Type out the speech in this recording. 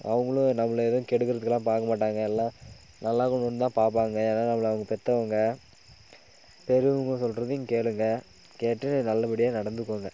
அவங்களும் நம்மளை எதுவும் கெடுக்கறதுக்கலாம் பார்க்க மாட்டாங்க எல்லாம் நல்லாருக்குணுன் தான் பார்ப்பாங்க ஏன்னா நம்மளை அவுங்க பெத்தவங்க பெரியவங்க சொல்கிறதையும் கேளுங்கள் கேட்டு நல்லபடியாக நடந்துக்கோங்க